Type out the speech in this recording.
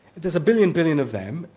there's a billion billion of them,